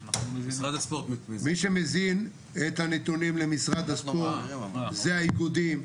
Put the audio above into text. מי שמזין את הנתונים למשרד הספורט זה האיגודים,